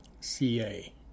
CA